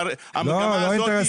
המגמה הזאת --- לא,